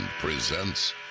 presents